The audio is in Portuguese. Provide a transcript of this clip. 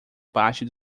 parte